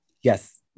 Yes